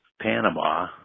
Panama